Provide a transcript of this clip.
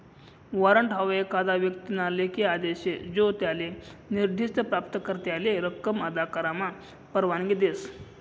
warrant हाऊ एखादा व्यक्तीना लेखी आदेश शे जो त्याले निर्दिष्ठ प्राप्तकर्त्याले रक्कम अदा करामा परवानगी देस